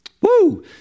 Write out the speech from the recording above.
Woo